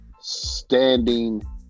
standing